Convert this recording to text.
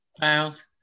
pounds